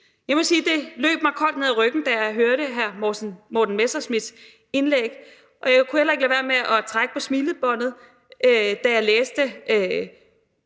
Jeg må sige, at det løb mig koldt ned ad ryggen, da jeg hørte hr. Morten Messerschmidts indlæg, og jeg kunne heller ikke lade være med at trække på smilebåndet, da jeg læste